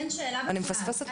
אין שאלה בכלל.